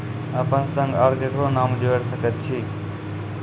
अपन संग आर ककरो नाम जोयर सकैत छी?